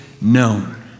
known